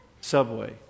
subway